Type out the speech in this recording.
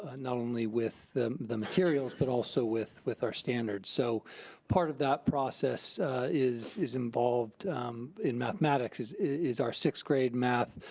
ah not only with the materials, but also with with our standards. so part of that process is is involved in mathematics is is our sixth grade math,